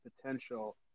potential